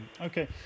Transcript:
Okay